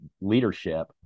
leadership